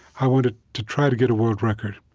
i wanted to try to get a world record.